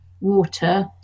water